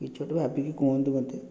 କିଛି ଗୋଟେ ଭାବିକି କୁହନ୍ତୁ ମୋତେ